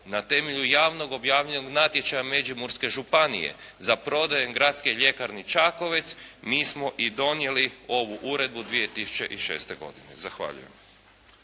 na temelju javnog objavljenog natječaja Međimurske županije za prodaju Gradske ljekarne "Čakovec" mi smo i donijeli ovu uredbu 2006. godine. Zahvaljujem.